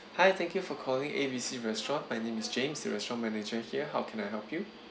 hi thank you for calling A B C restaurant my name is james the restaurant manager here how can I help you